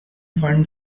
fund